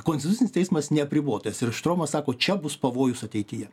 konstitucinis teismas neapribotas ir štromas sako čia bus pavojus ateityje